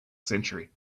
century